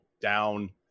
down